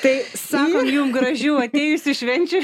tai sakom jum gražių atėjusių švenčių